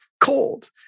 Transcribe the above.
Cold